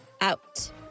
out